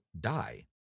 die